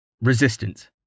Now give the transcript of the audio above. Resistance